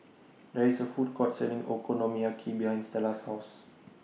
There IS A Food Court Selling Okonomiyaki behind Stella's House